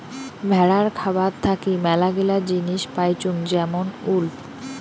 ভেড়ার খাবার থাকি মেলাগিলা জিনিস পাইচুঙ যেমন উল